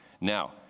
Now